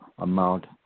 amount